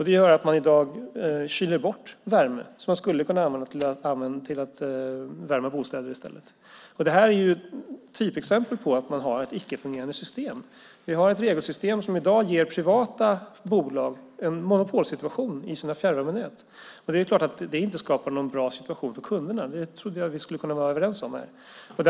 Det gör att man i dag kyler bort värme som man skulle kunna använda till att i stället värma bostäder. Det är typexempel på att man har ett icke-fungerande system. Vi har ett regelsystem som i dag ger privata bolag en monopolsituation i sina fjärrvärmenät. Det är klart att det inte skapar någon bra situation för kunderna. Det trodde jag att vi här skulle kunna vara överens om.